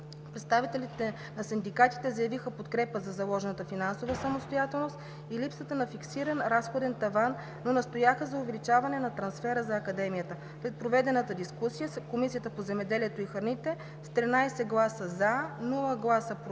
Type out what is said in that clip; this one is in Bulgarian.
Представителите на синдикатите заявиха подкрепа за заложената финансова самостоятелност и липсата на фиксиран разходен таван, но настояха за увеличаване на трансфера за Академията. След проведената дискусия Комисията по земеделието и храните с 13 гласа “за”, без “против”